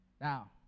Now